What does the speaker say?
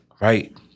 right